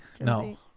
No